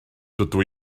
dydw